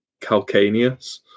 calcaneus